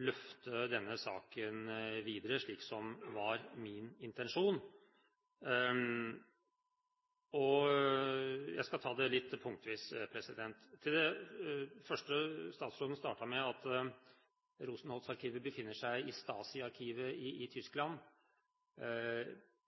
løfte denne saken videre, slik som var min intensjon. Jeg skal ta det litt punktvis. Til det første statsråden startet med, at Rosenholz-arkivene befinner seg i Stasi-arkivet i Tyskland.